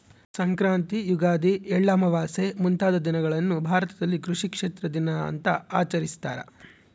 ಸಂಕ್ರಾಂತಿ ಯುಗಾದಿ ಎಳ್ಳಮಾವಾಸೆ ಮುಂತಾದ ದಿನಗಳನ್ನು ಭಾರತದಲ್ಲಿ ಕೃಷಿ ಕ್ಷೇತ್ರ ದಿನ ಅಂತ ಆಚರಿಸ್ತಾರ